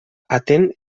atén